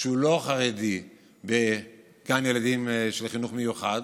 שהוא לא חרדי בגן ילדים של החינוך המיוחד.